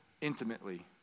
intimately